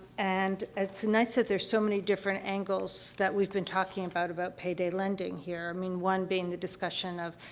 and it's nice that there's so many different angles that we've been talking about, about payday lending here, i mean, one being the discussion of,